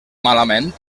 malament